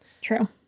true